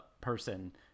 person